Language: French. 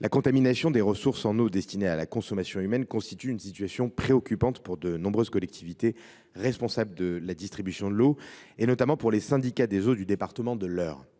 la contamination des ressources en eau destinées à la consommation humaine constitue une situation préoccupante pour de nombreuses collectivités responsables de la distribution de l’eau, notamment pour les syndicats des eaux du département de l’Eure.